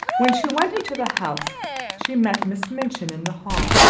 when she went into the house she met miss minchin in the hall.